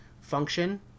function